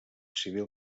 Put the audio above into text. civil